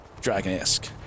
dragon-esque